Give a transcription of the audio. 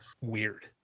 weird